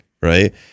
right